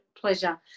pleasure